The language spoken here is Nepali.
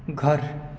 घर